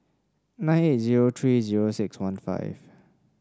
nine eight zero three zero six one five